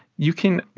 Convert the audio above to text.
you can,